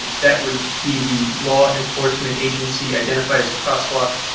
that would be the law enforcement agency identifier crosswalk,